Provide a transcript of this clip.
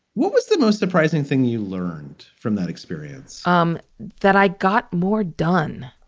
what was the most surprising thing you learned from that experience um that i got more done?